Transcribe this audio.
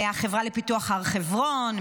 מהחברה לפיתוח הר חברון,